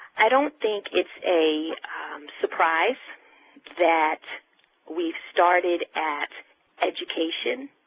i don't think it's a surprise that we've started at education.